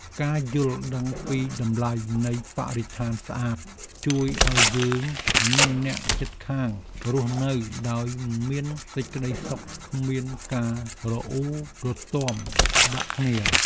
ការយល់ដឹងពីតម្លៃនៃបរិស្ថានស្អាតជួយឱ្យយើងនិងអ្នកជិតខាងរស់នៅដោយមានសេចក្តីសុខគ្មានការរអ៊ូរទាំដាក់គ្នា។